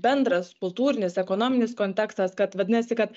bendras kultūrinis ekonominis kontekstas kad vadinasi kad